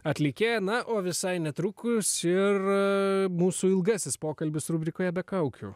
atlikėja na o visai netrukus ir mūsų ilgasis pokalbis rubrikoje be kaukių